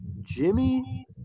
Jimmy